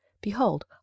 behold